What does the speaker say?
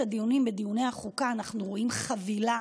הדיונים בוועדת החוקה אנחנו רואים חבילה